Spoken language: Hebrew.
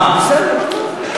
בסדר.